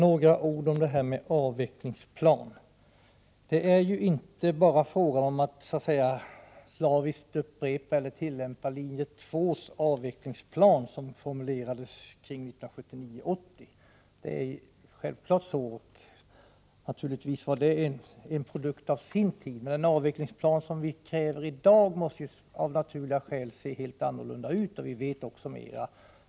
Fru talman! Några ord om en avvecklingsplan. Det är inte bara fråga om att slaviskt upprepa eller tillämpa linje 2:s avvecklingsplan, som formulerades kring 1979-1980. Naturligtvis var den en produkt av sin tid. Den avvecklingsplan som vi i dag kräver måste av naturliga skäl se helt annorlunda ut. Vi vet också mer.